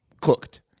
cooked